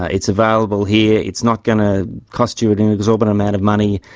ah it's available here, it's not going to cost you an and exorbitant amount of money.